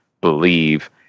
believe